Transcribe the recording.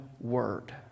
word